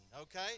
okay